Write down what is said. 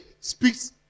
speaks